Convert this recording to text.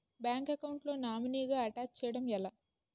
Bank account లో నామినీగా attach చేయడం ఎలా?